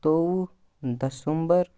زٕتوٚوُہ دسمبر